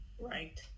Right